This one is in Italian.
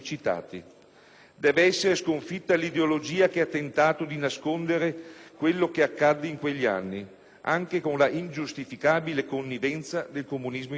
Deve essere sconfitta l'ideologia che ha tentato di nascondere quello che accadde in quegli anni, anche con la ingiustificabile connivenza del comunismo italiano.